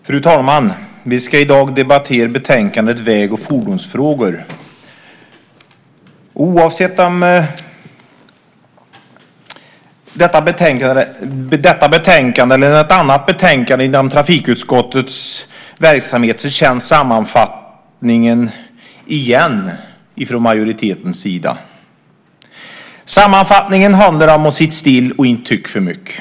Fru talman! Vi ska i dag debattera betänkandet Väg och fordonsfrågor . Oavsett om det är detta betänkande eller något annat betänkande inom trafikutskottets verksamhet känns sammanfattningen igen från majoritetens sida. Den handlar om att sitta stilla och inte tycka för mycket.